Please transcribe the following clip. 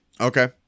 Okay